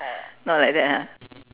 not like that ah